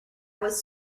was